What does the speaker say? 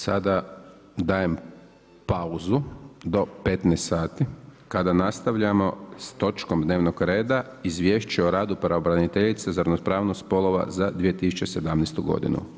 Sada dajem pauzu do 15 sati kada nastavljamo s točkom dnevnog reda Izvješće o radu pravobraniteljice za ravnopravnost spolova za 2017. godinu.